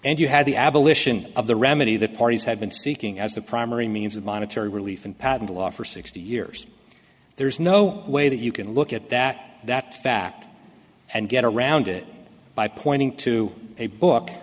and you had the abolition of the remedy the parties have been seeking as the primary means of monetary relief in patent law for sixty years there's no way that you can look at that that fact and get around it by pointing to a book